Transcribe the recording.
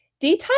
detox